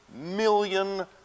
million